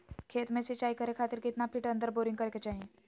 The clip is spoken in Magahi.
खेत में सिंचाई करे खातिर कितना फिट अंदर बोरिंग करे के चाही?